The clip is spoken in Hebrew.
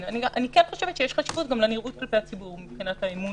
אני חושבת שיש חשיבות גם לנראות כלפי הציבור מבחינת האמון